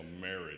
marriage